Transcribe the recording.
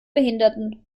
behinderten